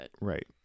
right